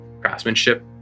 craftsmanship